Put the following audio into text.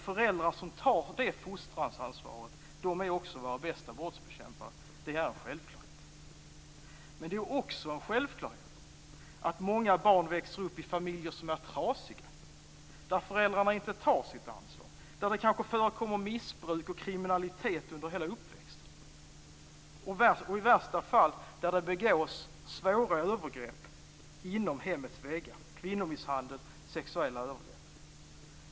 Föräldrar som tar det fostraransvaret är också de bästa brottsbekämparna. Det är också en självklarhet att många barn växer upp i familjer som är trasiga och där föräldrarna inte tar sitt ansvar. Det kan förekomma missbruk och kriminalitet under barnens hela uppväxttid. I värsta fall kan det begås svåra övergrepp inom hemmets väggar, kvinnomisshandel och sexuella övergrepp.